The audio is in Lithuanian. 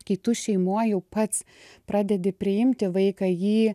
kai tu šeimoj jau pats pradedi priimti vaiką jį